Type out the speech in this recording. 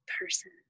person